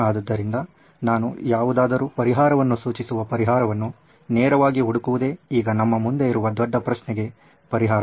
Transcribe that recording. ಆದ್ದರಿಂದ ನಾನು ಯಾವುದರೂ ಪರಿಹಾರವನ್ನು ಸೂಚಿಸುವ ಪರಿಹಾರವನ್ನು ನೇರವಾಗಿ ಹುಡುಕುವುದೇ ಈಗ ನಮ್ಮ ಮುಂದೆ ಇರುವ ದೊಡ್ಡ ಪ್ರಶ್ನೆಗೆ ಪರಿಹಾರ